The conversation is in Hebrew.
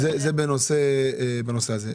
אז זה בנושא הזה.